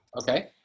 Okay